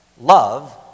Love